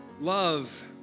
love